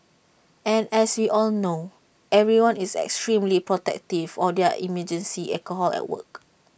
and as we all know everyone is extremely protective of their emergency alcohol at work